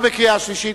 התש"ע 2009, נתקבל.